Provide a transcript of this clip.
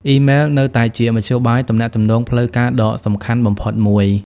អ៊ីមែលនៅតែជាមធ្យោបាយទំនាក់ទំនងផ្លូវការដ៏សំខាន់បំផុតមួយ។